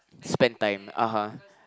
spend time (uh huh)